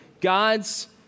God's